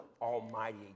Almighty